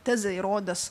tezę įrodęs